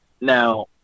Now